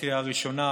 בקריאה ראשונה.